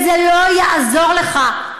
וזה לא יעזור לך.